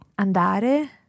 Andare